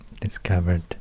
discovered